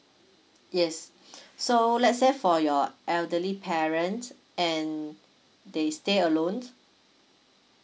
yes so let's say for your elderly parents and they stay alone